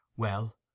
Well